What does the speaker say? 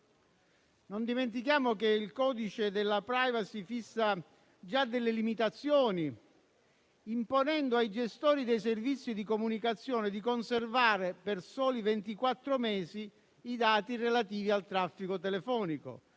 Non dimentichiamo che il codice della *privacy* fissa già delle limitazioni imponendo ai gestori dei servizi di comunicazione di conservare per soli ventiquattro mesi i dati relativi al traffico telefonico,